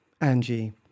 Angie